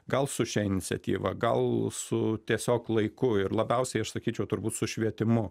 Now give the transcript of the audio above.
gal su šia iniciatyva gal su tiesiog laiku ir labiausiai aš sakyčiau turbūt su švietimu